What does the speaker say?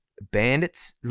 Bandits